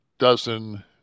dozen